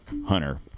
hunter